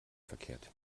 verkehrt